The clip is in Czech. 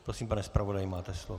Prosím, pane zpravodaji, máte slovo.